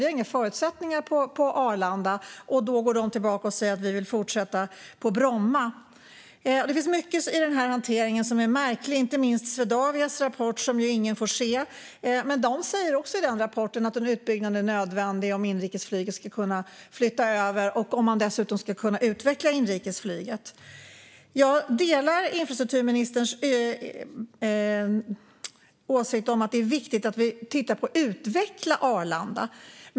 De har inga förutsättningar på Arlanda, och då går de tillbaka och säger att de vill fortsätta på Bromma. Det finns mycket i den här hanteringen som är märkligt, inte minst Swedavias rapport som ingen får se. Men i den rapporten säger de också att en utbyggnad är nödvändig om inrikesflyget ska kunna flytta över och om man dessutom ska kunna utveckla inrikesflyget. Jag delar infrastrukturministerns åsikt om att det är viktigt att vi tittar på att utveckla Arlanda.